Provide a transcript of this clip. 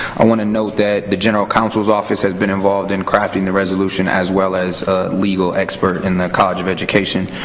i wanna note that the general council's office has been involved in crafting the resolution, as well as a legal expert in the college of education.